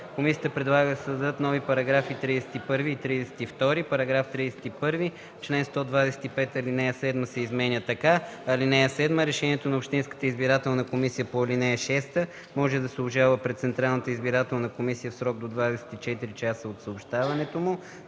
Комисията предлага да се създадат нови § 31 и 32: „§ 31. В чл. 125 ал. 7 се изменя така: „(7) Решението на общинската избирателна комисия по ал. 6 може да се обжалва пред Централната избирателна комисия в срок до 24 часа от съобщаването му.